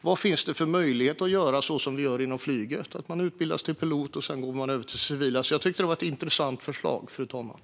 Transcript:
Vad finns det för möjlighet att göra så som vi gör inom flyget, där man utbildas som pilot och sedan går över till den civila sidan? Det är ett intressant förslag, fru talman.